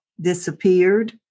disappeared